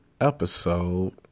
episode